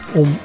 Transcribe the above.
om